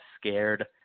scared